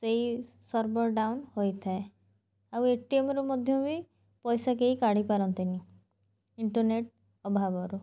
ସେଇ server down ହେଇଥାଏ ଆଉ ଏଟିଏମ୍ରୁ ମଧ୍ୟ ବି ପଇସା କେହି କାଢ଼ିପାରନ୍ତିନି ଇଣ୍ଟରନେଟ୍ ଅଭାବରୁ